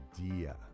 idea